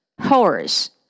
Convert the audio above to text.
Horse